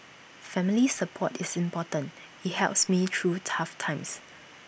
family support is important IT helps me through tough times